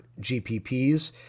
GPPs